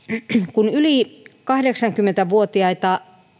kun yli kahdeksankymmentä vuotiaita